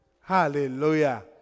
Hallelujah